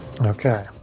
Okay